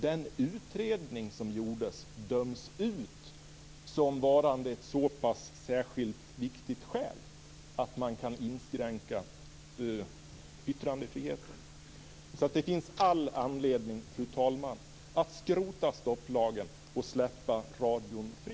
Den utredning som gjordes döms alltså ut som varande ett så pass särskilt viktigt skäl att man kan inskränka yttrandefriheten. Det finns alltså all anledning, fru talman, att skrota stopplagen och släppa radion fri.